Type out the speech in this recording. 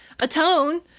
atone